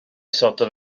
sortio